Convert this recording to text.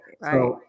right